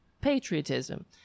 patriotism